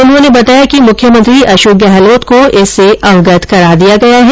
उन्होंने बताया कि मुख्यमंत्री अशोक गहलोत को इससे अवगत करा दिया गया है